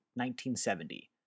1970